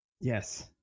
Yes